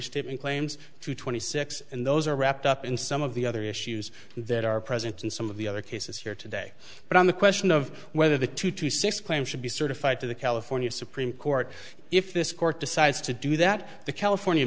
in claims to twenty six and those are wrapped up in some of the other issues that are present in some of the other cases here today but on the question of whether the two to six claims should be certified to the california supreme court if this court decides to do that the california